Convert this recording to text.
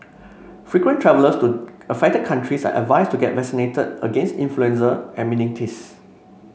frequent travellers to affected countries are advised to get vaccinated against influenza and meningitis